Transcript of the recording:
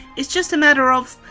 it's just a matter of,